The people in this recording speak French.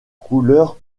couleurs